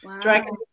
Dragon